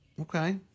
Okay